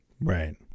Right